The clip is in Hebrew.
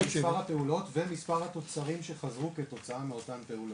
זה מספר הפעולות ומספר התוצרים שחזרו כתוצאה מאותן פעולות.